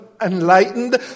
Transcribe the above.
enlightened